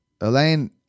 Elaine